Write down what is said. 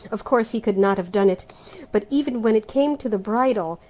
of course he could not have done it but even when it came to the bridle,